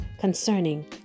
concerning